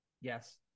Yes